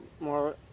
more